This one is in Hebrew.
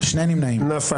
הצבעה לא אושרה נפל.